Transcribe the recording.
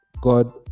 God